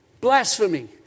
Blasphemy